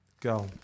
go